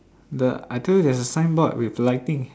the I tell you there's a signboard with lighting